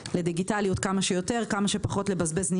צריך לדייק את העניין